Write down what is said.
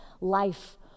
life